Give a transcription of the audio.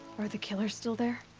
are the killers still there?